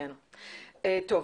הכנסת.